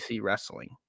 wrestling